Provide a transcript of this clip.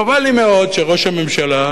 חבל לי מאוד שראש הממשלה,